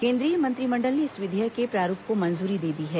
केंद्रीय मंत्रिमंडल ने इस विधेयक के प्रारूप को मंजूरी दे दी है